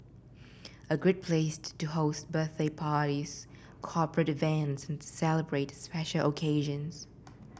a great place to host birthday parties corporate events and celebrate special occasions